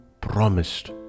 promised